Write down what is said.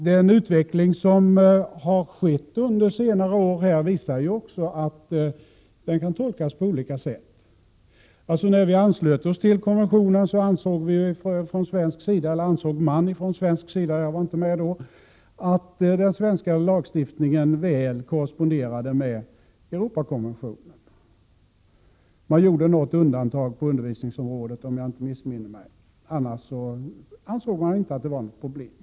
Den utveckling som har skett under senare år visar också att den kan tolkas på olika sätt. När vårt land anslöt sig till konventionen, ansåg man från svensk sida — jag var inte med då — att den svenska lagstiftningen väl korresponderade med Europakonventionen. Man gjorde något undantag på undervisningsområdet, om jag inte missminner mig. Annars ansåg man inte att det var något problem.